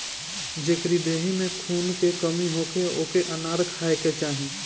जेकरी देहि में खून के कमी होखे ओके अनार खाए के चाही